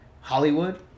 Hollywood